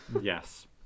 Yes